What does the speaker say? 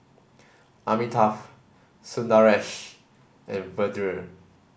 Amitabh Sundaresh and Vedre